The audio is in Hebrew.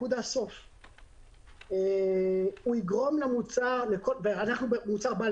אנחנו מוצר בעל